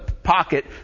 Pocket